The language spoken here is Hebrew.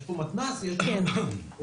יש פה מתנ"ס --- אוקיי.